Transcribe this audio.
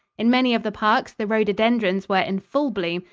in many of the parks, the rhododendrons were in full bloom,